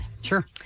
Sure